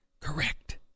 Correct